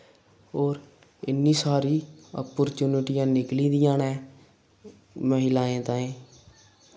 होर इन्नी सारी अप्परचुनटियां निकली दियां न महिलाएं ताएं